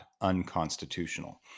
unconstitutional